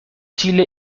chile